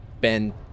Ben